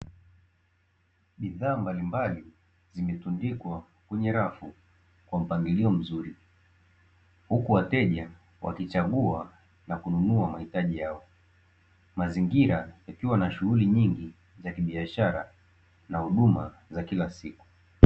Bidhaa mbalimbali zimetundikwa kwenye rafu kwa mpangilio mzuri , huku wateja wakichagua na kununua mahitaji yao, mazingira yakiwa na shughuli nyingi za kibiashara na huduma za kila siku.